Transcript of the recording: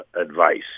advice